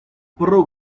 pro